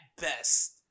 best